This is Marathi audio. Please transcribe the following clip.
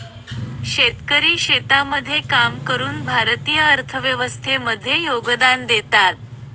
शेतकरी शेतामध्ये काम करून भारतीय अर्थव्यवस्थे मध्ये योगदान देतात